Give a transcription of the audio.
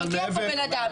הגיע לפה בן אדם,